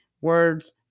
words